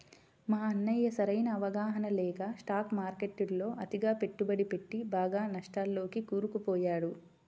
మా అన్నయ్య సరైన అవగాహన లేక స్టాక్ మార్కెట్టులో అతిగా పెట్టుబడి పెట్టి బాగా నష్టాల్లోకి కూరుకుపోయాడు